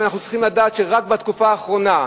ואנחנו צריכים לדעת שרק בתקופה האחרונה,